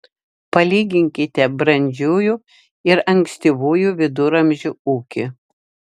palyginkite brandžiųjų ir ankstyvųjų viduramžių ūkį